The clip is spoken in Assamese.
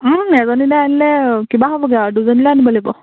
এজনীলে আনিলে কিবা হ'বগে আৰু দুজনীলে আনিব লাগিব